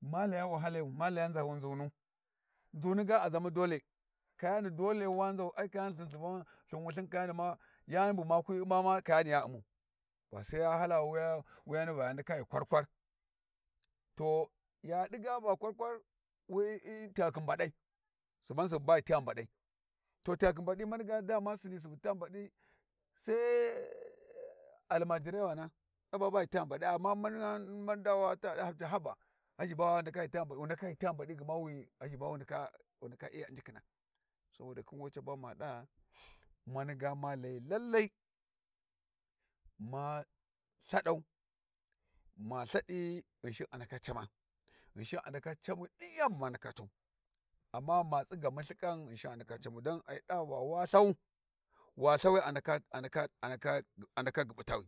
Ma laya wahalayu ma laya hzu tigunu, uzuni ga a zamau dole ka yani dole ma nzu nig kayani lthin subun lthin wulthin kayani ma yani bu ma kwi umma ma kayani ya ummau, va sai ya hala wuyani va ya ndaka ghi kwarkwar, to ya di ga va kwarkwar wi hyi tighakhi badai suban subu bag hi tighi badai. To tighakhi badi ga da ma sinna subu tighi ba di sai almajirewana y aba bag hi tingha badai, amma mani da ghazhi ba wa ndaka ghi tighi badi, wi ndaka ghi tighi badawi ghazhi ba wu ndaka wu ndaka iya injikhina. saboda khin we ba ma da. mani ga ma layi lalle ma lthadau ma lthadi ghinishin a ndaka cama ghinshin a ndaka camu din yani bu manka tau, amma ma tsigamu lthikan ghinshin a ndaka ca mu. dan ai da wa lthau wa lthawi a ndaka gyu butawi,